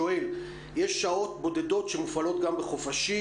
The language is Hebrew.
ושואל: יש שעות בודדות שמופעלות גם בחופשים,